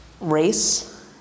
race